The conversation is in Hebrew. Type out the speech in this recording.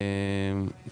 שלום לכולם,